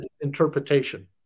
interpretation